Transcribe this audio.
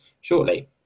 shortly